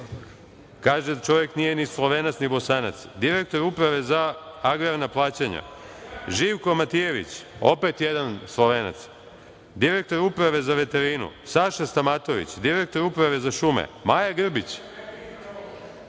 Kaže čovek nije ni Slovenac, ni Bosanac. Direktor Uprave za agrarna plaćanja. Živko Amatijević, opet jedan Slovenac, direktor Uprave za veterinu, Saša Stamatović, direktor Uprave za šume, Maja Grbić,